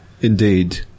Indeed